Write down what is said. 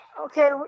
Okay